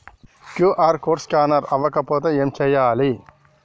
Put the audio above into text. QR code scanner అవ్వకపోతే ఏం చేయాలి?